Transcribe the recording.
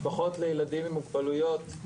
משפחות לילדים עם מוגבלויות,